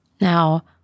Now